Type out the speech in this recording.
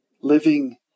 living